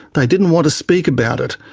they didn't want to speak about it,